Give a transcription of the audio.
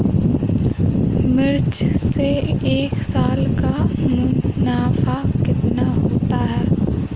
मिर्च से एक साल का मुनाफा कितना होता है?